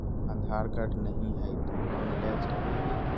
आधार card नही हय, तो लोन ले सकलिये है?